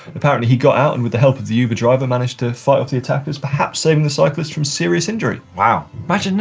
apparently he got out and with the help of the uber driver managed to fight off the attackers, perhaps saving the cyclist from serious injury. wow. imagine that.